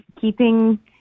keeping